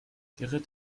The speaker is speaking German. gerrit